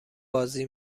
بازی